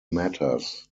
matters